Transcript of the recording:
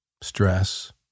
stress